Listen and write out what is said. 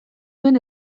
duen